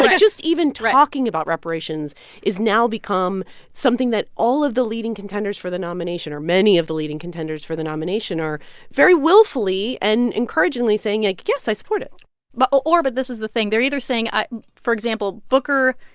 like just even talking about reparations has now become something that all of the leading contenders for the nomination or many of the leading contenders for the nomination are very willfully and encouragingly saying like, yes, i support it but ah or but this is the thing. they're either saying for example, booker,